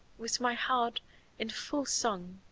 with my heart in full song.